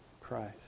Christ